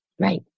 Right